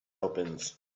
opens